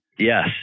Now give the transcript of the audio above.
Yes